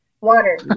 Water